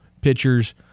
pitchers